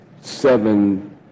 seven